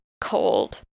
cold